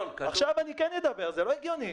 עכשיו אני כן אדבר, זה לא הגיוני.